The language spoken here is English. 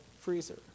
freezer